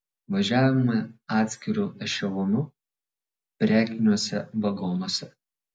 važiavome atskiru ešelonu prekiniuose vagonuose